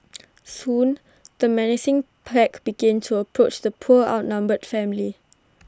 soon the menacing pack began to approach the poor outnumbered family